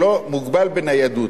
שלא מוגבל בניידות,